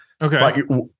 Okay